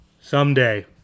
Someday